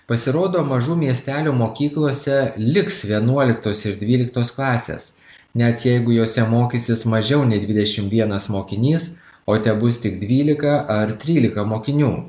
pasirodo mažų miestelių mokyklose liks vienuoliktos ir dvyliktos klasės net jeigu jose mokysis mažiau nei dvidešimt vienas mokinys o tebus tik dvylika ar trylika mokinių